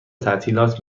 تعطیلات